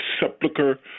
sepulcher